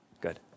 Good